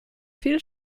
viel